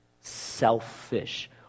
selfish